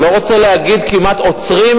אני לא רוצה להגיד: כמעט עוצרים,